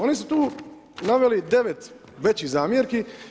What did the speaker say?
Oni su tu naveli 9 većih zamjerki.